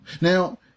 Now